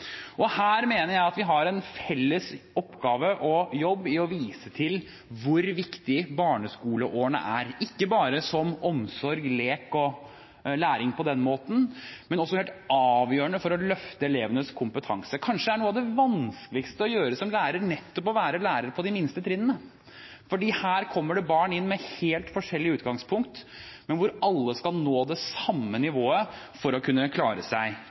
Her mener jeg vi har en felles oppgave og jobb i å vise til hvor viktige barneskoleårene er, ikke bare som omsorg og lek og læring på den måten, men også at de er helt avgjørende for å løfte elevenes kompetanse. Kanskje noe av det vanskeligste å gjøre som lærer nettopp er å være lærer på de laveste trinnene, for her kommer det barn inn med helt forskjellig utgangspunkt, hvor alle skal nå det samme nivået for å kunne klare seg